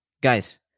Guys